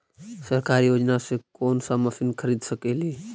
सरकारी योजना से कोन सा मशीन खरीद सकेली?